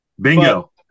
Bingo